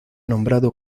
nombrado